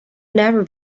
never